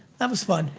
that was fun.